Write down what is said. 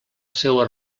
seua